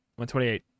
128